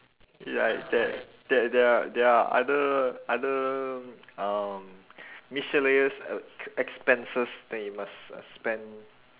ya there there there are there are other other um miscellaneous uh expenses that you must uh spend